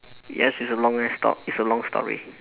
yes it's a long ass talk it's a long story